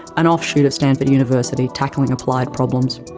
an offshoot of stanford university tackling applied problems.